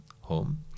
home